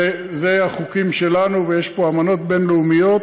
וזה החוקים שלנו, ויש פה אמנות בין-לאומיות